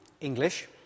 English